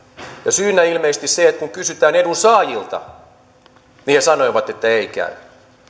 syynä ilmeisesti se että kun kysyttiin edunsaajilta niin he sanoivat että ei käy